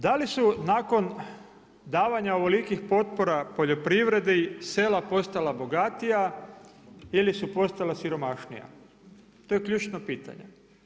Da li su nakon davanja ovolikih potpora poljoprivredi sela postala bogatija ili su postala siromašnija to je ključno pitanje?